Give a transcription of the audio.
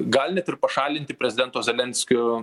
gali net ir pašalinti prezidento zelenskio